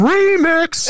Remix